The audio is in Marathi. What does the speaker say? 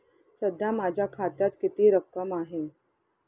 सध्या माझ्या खात्यात किती रक्कम आहे?